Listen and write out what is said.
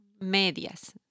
Medias